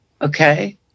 Okay